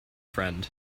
friend